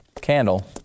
candle